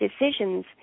decisions